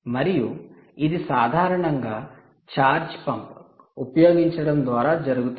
మరియు ఇది సాధారణంగా ఛార్జ్ పంప్ ఉపయోగించడం ద్వారా జరుగుతుంది